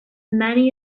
many